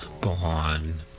born